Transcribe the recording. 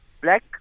black